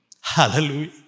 Hallelujah